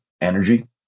energy